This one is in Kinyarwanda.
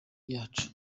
yacu